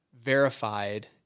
verified